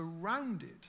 surrounded